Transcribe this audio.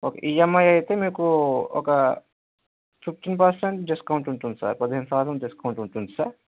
okay EMI అయితే మీకు ఒక ఫిఫ్టీన్ పర్సెంట్ డిస్కౌంట్ ఉంటుంది సార్ పదిహేను శాతం డిస్కౌంట్ ఉంటుంది సార్